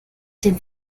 dem